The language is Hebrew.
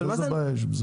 אז איזו בעיה יש בזה?